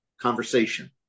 conversation